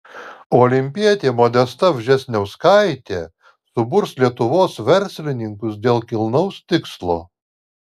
olimpietė modesta vžesniauskaitė suburs lietuvos verslininkus dėl kilnaus tikslo